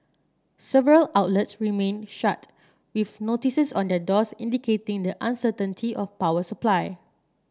several outlets remained shut with notices on their doors indicating the uncertainty over power supply